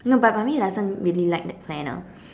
no but mummy doesn't really like that planner